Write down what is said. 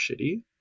shitty